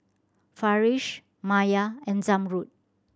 Farish Maya and Zamrud